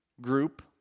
group